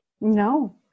no